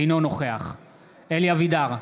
אינו נוכח אלי אבידר,